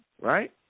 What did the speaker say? Right